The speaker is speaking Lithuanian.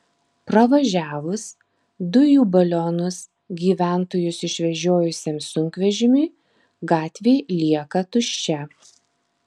pravažiavus dujų balionus gyventojus išvežiojusiam sunkvežimiui gatvė lieka tuščia